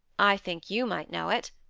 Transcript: i think you might know it,